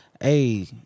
hey